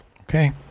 okay